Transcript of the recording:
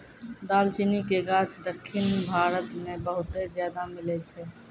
दालचीनी के गाछ दक्खिन भारत मे बहुते ज्यादा मिलै छै